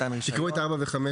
תקראו את (4) ו-(5)